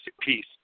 piece